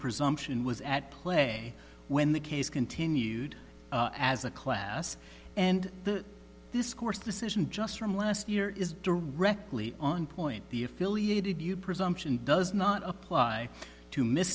presumption was at play when the case continued as a class and the this court's decision just from last year is directly on point the affiliated you presumption does not apply to